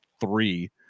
three